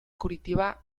curitiba